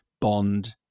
Bond